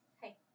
Hey